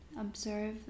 observe